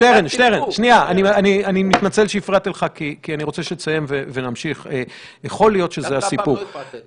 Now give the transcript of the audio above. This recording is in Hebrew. אני מחבר אותו למשפט שאמרת בהתחלה על כך שאיבדנו שליטה על התפשטות